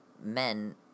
men